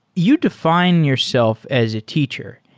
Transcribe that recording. you define yourself as a teacher.